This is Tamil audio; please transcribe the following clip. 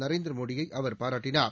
நரேந்திரமோடியை பாராட்டினார்